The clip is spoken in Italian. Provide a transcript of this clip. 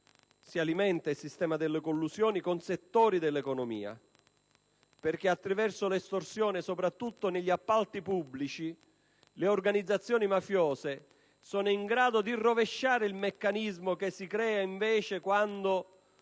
si alimenta il sistema delle collusioni con settori dell'economia, perché attraverso di esse, soprattutto negli appalti pubblici, le organizzazioni mafiose sono in grado di rovesciare il meccanismo che si crea quando,